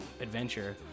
adventure